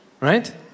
Right